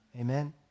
Amen